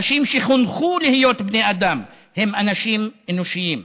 אנשים שחונכו להיות בני אדם הם אנשים אנושיים.